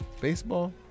baseball